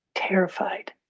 Terrified